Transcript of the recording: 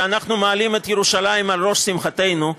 שאנחנו מעלים את ירושלים על ראש שמחתנו,